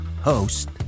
host